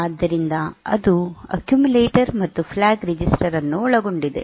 ಆದ್ದರಿಂದ ಅದು ಅಕ್ಕ್ಯುಮ್ಯುಲೇಟರ್ ಮತ್ತು ಫ್ಲಾಗ್ ರಿಜಿಸ್ಟರ್ ಅನ್ನು ಒಳಗೊಂಡಿದೆ